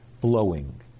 blowing